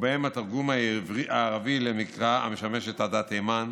ובהם התרגום הערבי למקרא, המשמש את עדת תימן,